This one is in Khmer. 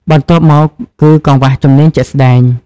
បន្ទាប់មកគឺ កង្វះជំនាញជាក់ស្តែង។